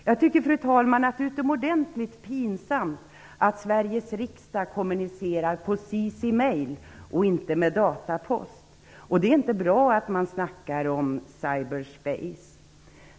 Jag tycker, fru talman, att det är utomordentligt pinsamt att Sveriges riksdag kommunicerar på cc:Mail och inte med datapost. Det är inte bra att man talar om Cyber Space.